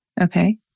Okay